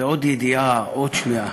זה עוד ידיעה, עוד שמיעה.